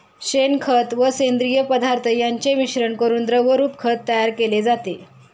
शेणखत व सेंद्रिय पदार्थ यांचे मिश्रण करून द्रवरूप खत तयार केले जाते